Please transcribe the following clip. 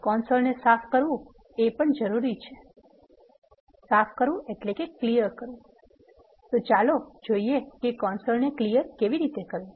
કન્સોલને સાફ કરવુ એ પણ જરૂરી છે તો ચાલો જોઇએ કે કન્સોલને સાફ કેવી રીતે કરવુ